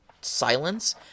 silence